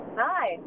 Hi